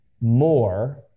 more